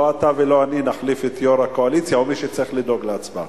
לא אתה ולא אני נחליף את יו"ר הקואליציה או מי שצריך לדאוג להצבעה.